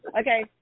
okay